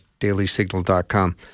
dailysignal.com